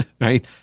right